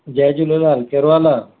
जय झूलेलाल कहिड़ो हालु आहे